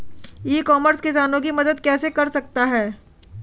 ई commerce किसानों की मदद कैसे कर सकता है?